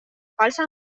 falsa